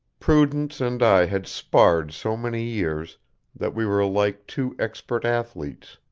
prudence and i had sparred so many years that we were like two expert athletes,